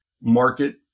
market